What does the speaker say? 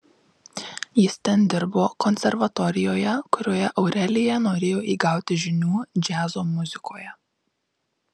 jis ten dirbo konservatorijoje kurioje aurelija norėjo įgauti žinių džiazo muzikoje